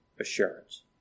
assurance